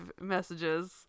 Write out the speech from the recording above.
messages